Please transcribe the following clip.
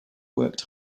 worked